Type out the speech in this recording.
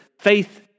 faith